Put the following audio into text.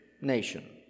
nation